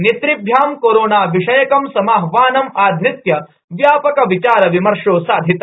नेतृभ्यां corona विषयकं समाहवानं आधृत्य व्यापक विचार विमर्श साधित